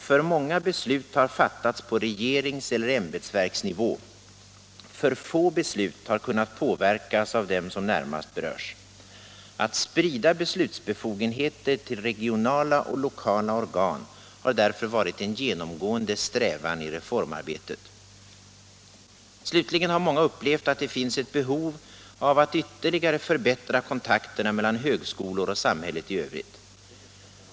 För många beslut har fattats på regerings eller forskning inom ämbetsverksnivå, för få beslut har kunnat påverkas av dem som närmast berörs. Att sprida beslutsbefogenheter till regionala och lokala organ har därför varit en genomgående strävan i reformarbetet. Slutligen har många upplevt att det finns ett behov av att ytterligare förbättra kontakterna mellan högskolor och samhället i övrigt.